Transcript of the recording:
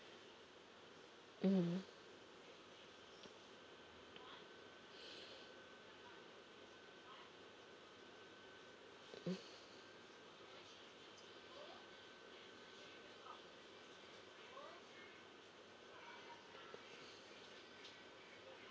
mm mm